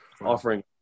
offering